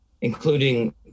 including